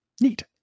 Neat